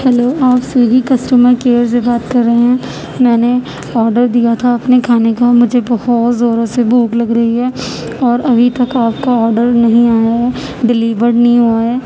hello آپ Swiggy customer care سے بات کر رہے ہیں میں نے آڈر دیا تھا اپنے کھانے کا مجھے بہت زوروں سے بھوک لگ رہی ہے اور ابھی تک آپ کا آڈر نہیں آیا ہے ڈلیور نہیں ہوا ہے